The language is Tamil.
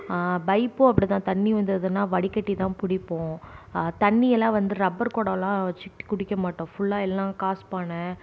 பைப்பும் அப்படிதான் தண்ணி வந்ததுன்னால் வடிகட்டிதான் பிடிப்போம் தண்ணியெல்லாம் வந்து ரப்பர் குடம்லாம் வச்சுட்டு குடிக்க மாட்டோம் ஃபுல்லாக எல்லாம் காஸ்பானை